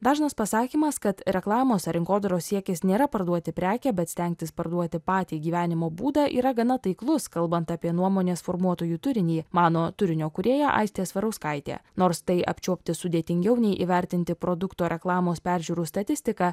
dažnas pasakymas kad reklamos ar rinkodaros siekis nėra parduoti prekę bet stengtis parduoti patį gyvenimo būdą yra gana taiklus kalbant apie nuomonės formuotojų turinį mano turinio kūrėja aistė svarauskaitė nors tai apčiuopti sudėtingiau nei įvertinti produkto reklamos peržiūrų statistiką